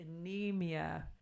anemia